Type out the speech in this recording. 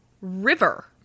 river